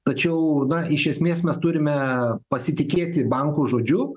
tačiau na iš esmės mes turime pasitikėti bankų žodžiu